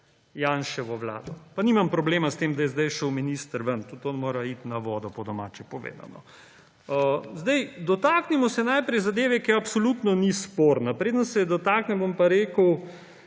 Janševo vlado. Pa sedaj nimam problema s tem, da je šel minister ven, tudi on mora iti na vodo, po domače povedano. Dotaknimo se najprej zadeve, ki absolutno ni sporna. Preden se je dotaknem, bom pa rekel,